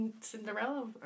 Cinderella